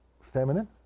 feminine